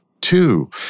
Two